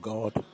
God